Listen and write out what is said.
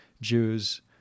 Jews